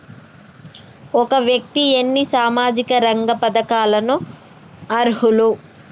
ఒక వ్యక్తి ఎన్ని సామాజిక రంగ పథకాలకు అర్హులు?